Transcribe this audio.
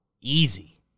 Easy